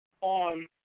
on